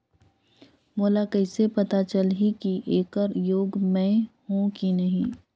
मोला कइसे पता चलही की येकर योग्य मैं हों की नहीं?